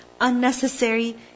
unnecessary